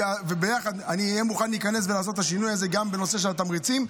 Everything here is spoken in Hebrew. ביחד אני מוכן להיכנס ולעשות את השינוי הזה גם בנושא של התמריצים,